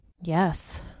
Yes